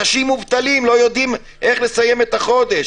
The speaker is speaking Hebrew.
אנשים מובטלים, לא יודעים איך לסיים את החודש.